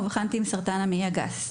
אובחנתי עם סרטן המעי הגס.